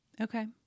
okay